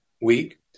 week